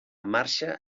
marxa